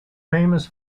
famous